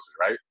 right